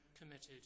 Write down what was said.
committed